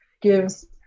gives